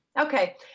Okay